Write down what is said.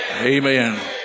Amen